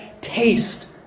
taste